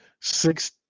six